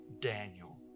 Daniel